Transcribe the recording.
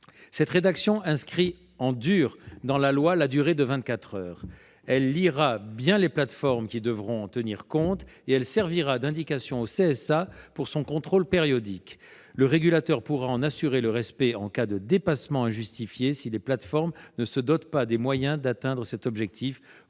Cette rédaction inscrit « en dur » dans la loi la durée de vingt-quatre heures. Elle liera bien les plateformes qui devront en tenir compte et elle servira d'indication au CSA pour son contrôle périodique. Le régulateur pourra en assurer le respect en cas de dépassement injustifié, si les plateformes ne se dotent pas des moyens d'atteindre cet objectif